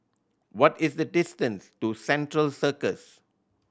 what is the distance to Central Circus